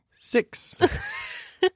Six